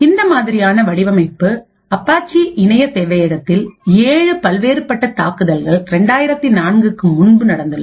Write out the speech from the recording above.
இந்த மாதிரியான வடிவமைப்பு அப்பாச்சி இணைய சேவையகத்தில் ஏழு பல்வேறுபட்ட தாக்குதல்கள் 2004 க்கு முன்னர் நடந்துள்ளன